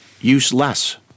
useless